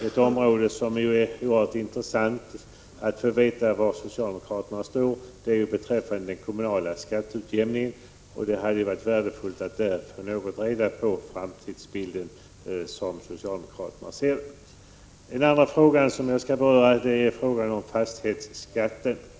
Ett område där det är oerhört intressant att få veta var socialdemokraterna står är den kommunala skatteutjämningen. Det hade varit värdefullt att få reda på socialdemokraternas framtidsbild på det området. En annan fråga som jag skall beröra är frågan om fastighetsskatten. Anser — Prot.